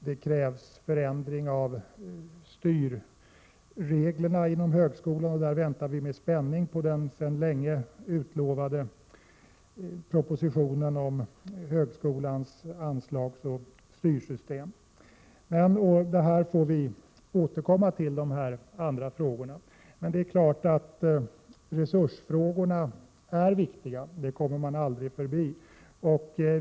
Det krävs också förändring av styrreglerna inom högskolan, och där väntar vi med spänning på den sedan länge utlovade propositionen om högskolans anslagsoch styrsystem. Vi får återkomma till de andra frågorna. Det är emellertid klart att resursfrågorna är viktiga. Det kommer man aldrig förbi.